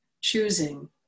choosing